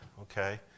Okay